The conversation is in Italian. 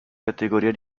categorie